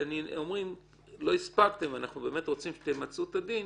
שאומרים לא הספקתם ואנחנו רוצים שתמצו את הדין,